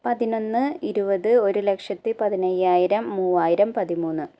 പതിനൊന്ന് ഇരുപത് ഒരു ലക്ഷത്തി പതിനയ്യായിരം മൂവായിരം പതിമൂന്ന്